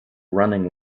running